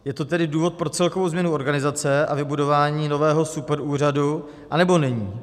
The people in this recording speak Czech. Je to tedy důvod pro celkovou změnu organizace a vybudování nového superúřadu, anebo není?